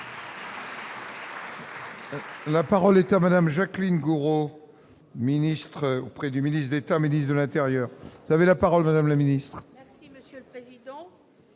La parole est à Madame Jacqueline Gourault, ministre auprès du ministre d'État, ministre de l'Intérieur avait la parole, Madame la Ministre. Merci monsieur le président.